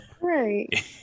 right